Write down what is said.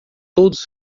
todos